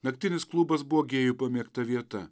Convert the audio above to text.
naktinis klubas buvo gėjų pamėgta vieta